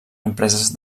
empreses